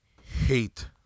hate